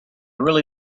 really